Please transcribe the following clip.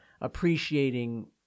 appreciating